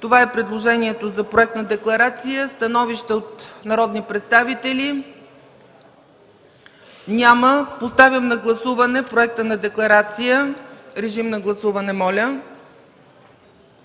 Това е предложението за Проект на декларация. Становище от народни представители? Няма. Поставям на гласуване Проекта на декларацията. Гласували